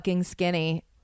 skinny